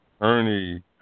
Ernie